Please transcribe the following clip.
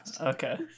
Okay